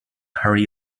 hurry